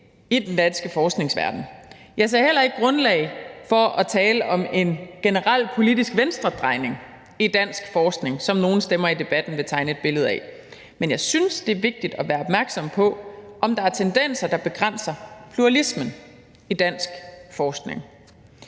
i den danske forskningsverden. Jeg ser heller ikke grundlag for at tale om en generel politisk venstredrejning i dansk forskning, som nogle stemmer i debatten vil tegne et billede af. Men jeg synes, det er vigtigt at være opmærksom på, om der er tendenser, der begrænser pluralismen i dansk forskning.